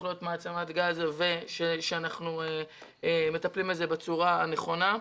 להיות מעצמת גז וכי אנחנו מטפלים בזה בצורה הנכונה.